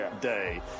day